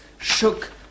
shook